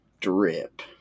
drip